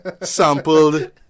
sampled